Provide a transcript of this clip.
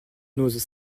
noz